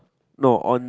no on